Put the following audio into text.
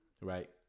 Right